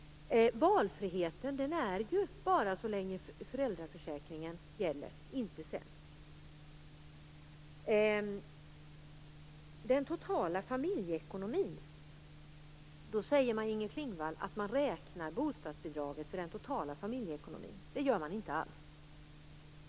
Valfriheten finns bara så länge föräldraförsäkringen gäller, inte därefter. Maj-Inger Klingvall säger att man räknar bostadsbidraget i förhållande till den totala familjeekonomin. Det gör man inte alls.